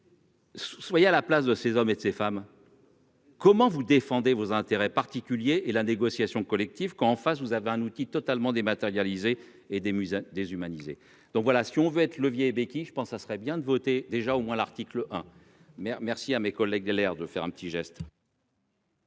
Soyez à la place de ces hommes et ces femmes. Comment vous défendez vos intérêts particuliers et la négociation collective, quand en face vous avez un outil totalement dématérialisée et des musées déshumanisé. Donc voilà si on veut être levier béquille je pense ça serait bien de voter déjà au moins l'article 1 maire merci à mes collègues de l'air de faire un petit geste.